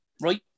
Right